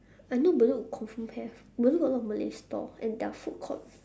I know bedok confirm have bedok got a lot of malay stall and their food court